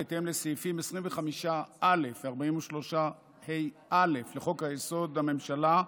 בהתאם לסעיפים 25(א) ו-43ה(א) לחוק-יסוד: הממשלה,